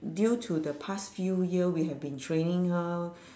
due to the past few year we have been training her